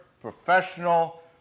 professional